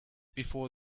before